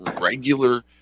regular